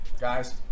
Guys